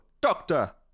doctor